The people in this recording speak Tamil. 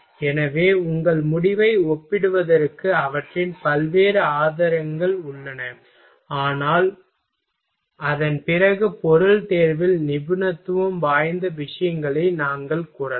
எனவே உங்கள் முடிவை ஒப்பிடுவதற்கு அவற்றின் பல்வேறு ஆதாரங்கள் கிடைக்கின்றன ஆனால் அதன் பிறகு பொருள் தேர்வில் நிபுணத்துவம் வாய்ந்த விஷயங்களை நாங்கள் கூறலாம்